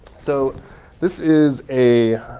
so this is a